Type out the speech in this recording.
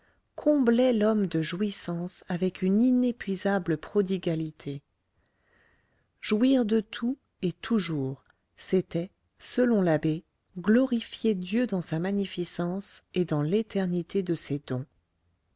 comblait l'homme de jouissances avec une inépuisable prodigalité jouir de tout et toujours c'était selon l'abbé glorifier dieu dans sa magnificence et dans l'éternité de ses dons